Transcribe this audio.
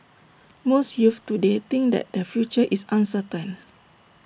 most youths today think that their future is uncertain